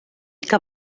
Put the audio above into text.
que